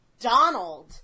Donald